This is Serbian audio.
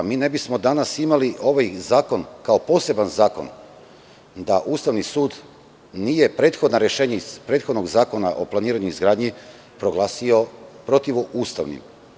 Mi ne bismo danas imali ovaj zakon, kao poseban zakon da Ustavni sud nije prethodna rešenja iz prethodnog Zakona o planiranju i izgradnji proglasio protivustavnim.